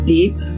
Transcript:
Deep